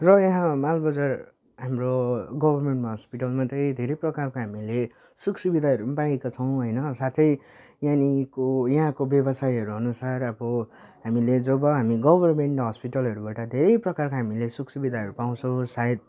र यहाँ मालबजार हाम्रो गभर्मेन्ट हस्पिटलमा चाहिँ धेरै प्रकारको हामीले सुख सुविधाहरू पनि पाएको छौँ होइन साथै यहाँनिरको यहाँको व्यवसायीहरू अनुसार अब हामीले जब हामी गभर्मेन्ट हस्पिटलहरूबाट धेरै प्रकारको हामीले सुखसुविधाहरू पाउँछौँ सायद